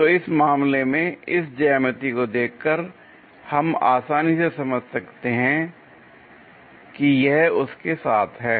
तो इस मामले में इस ज्यामिति को देखकर हम आसानी से समझ सकते हैं कि यह उसके साथ है